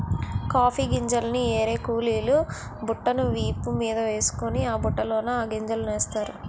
coffee గింజల్ని ఏరే కూలీలు బుట్టను వీపు మీదేసుకొని ఆ బుట్టలోన ఆ గింజలనేస్తారు